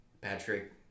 Patrick